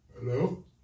Hello